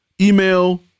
email